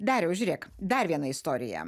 dariau žiūrėk dar vieną istoriją